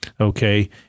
okay